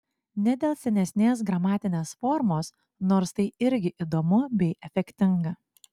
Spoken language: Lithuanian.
ne dėl senesnės gramatinės formos nors tai irgi įdomu bei efektinga